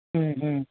ഉം ഉം